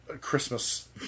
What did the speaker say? Christmas